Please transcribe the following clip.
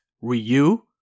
Ryu